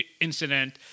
incident